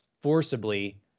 forcibly